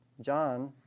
John